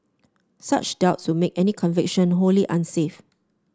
such doubts would make any conviction wholly unsafe